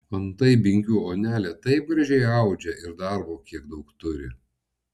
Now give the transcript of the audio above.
antai binkių onelė taip gražiai audžia ir darbo kiek daug turi